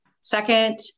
Second